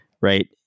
right